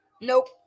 nope